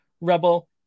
rebel